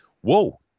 whoa